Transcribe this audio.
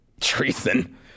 Treason